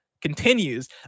Continues